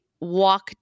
walk –